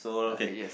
okay yes